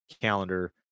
calendar